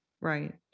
Right